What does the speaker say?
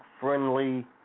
friendly